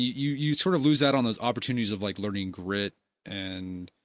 you you sort of lose out on those opportunities of like learning grit and